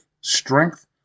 Strength